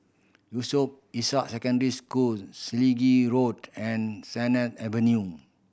Yusof Ishak Secondary School Selegie Road and Sennett Avenue